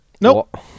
Nope